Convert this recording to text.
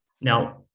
Now